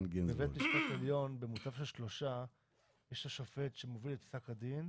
בבית משפט העליון במותב של שלושה יש שופט שמביא את פסק הדין,